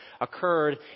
occurred